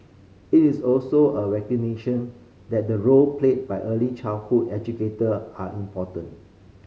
it is also a recognition that the role played by early childhood educator are important